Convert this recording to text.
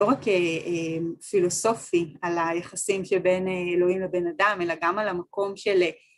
לא רק פילוסופי על היחסים שבין אלוהים לבן אדם, אלא גם על המקום של.. אה..